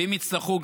ואם יצטרכו,